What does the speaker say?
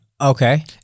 Okay